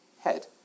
head